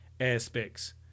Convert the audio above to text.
aspects